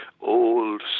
old